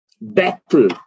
battle